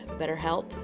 BetterHelp